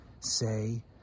say